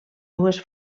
dues